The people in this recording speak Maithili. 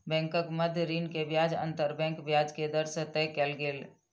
बैंकक मध्य ऋण के ब्याज अंतर बैंक ब्याज के दर से तय कयल गेल